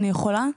אני יכולה?